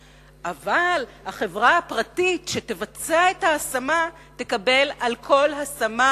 החברה הפרטית שתבצע את ההשמה תקבל על כל השמה,